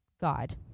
God